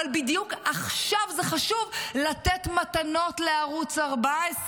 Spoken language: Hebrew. אבל בדיוק עכשיו זה חשוב לתת מתנות לערוץ 14,